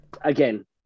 again